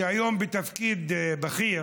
שהיום בתפקיד בכיר,